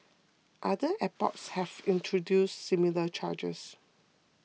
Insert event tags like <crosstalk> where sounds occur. <noise> other airports have introduced similar charges